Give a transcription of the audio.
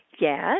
yes